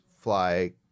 fly